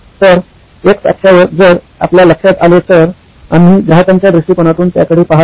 तर एक्स अक्षावर जर आपल्या लक्षात आले तर आम्ही ग्राहकांच्या दृष्टिकोनातून त्याकडे पहात आहोत